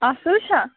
اَصٕل چھا